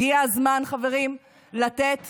הגיע הזמן, חברים, לתת